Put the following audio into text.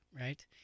Right